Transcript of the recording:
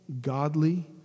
godly